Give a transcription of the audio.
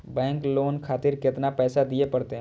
Bank loan खातीर केतना पैसा दीये परतें?